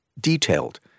detailed